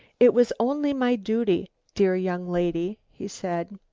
it was only my duty, dear young lady, he said.